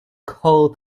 coal